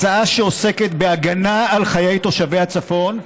הצעה שעוסקת בהגנה על תושבי הצפון,